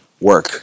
work